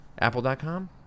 Apple.com